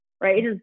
right